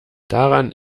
daran